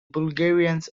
bulgarians